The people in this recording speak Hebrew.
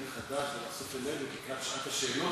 אנרגיות לקראת שעת השאלות שיש לך ביום שני.